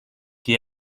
que